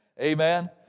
Amen